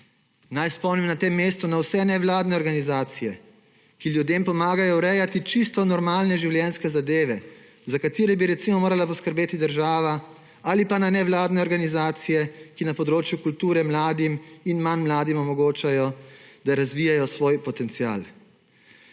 Naj spomnim na tem mestu na vse nevladne organizacije, ki ljudem pomagajo urejati čisto normalne življenjske zadeve, za katere bi, recimo, morala poskrbeti država, ali pa na nevladne organizacije, ki na področju kulture mladim in manj mladim omogočajo, da razvijajo svoj potencial.